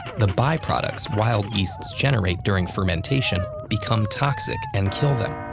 the by-products wild yeasts generate during fermentation become toxic and kill them.